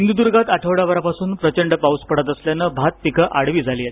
सिंधुदुर्गात आठवडाभरापासून प्रचंड पाऊस पडत असल्यान भात पिकं आडवी झाली आहेत